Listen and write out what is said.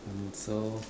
so